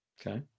Okay